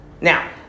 Now